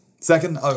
Second